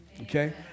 Okay